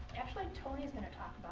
actually, toni's gonna talk